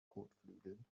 kotflügeln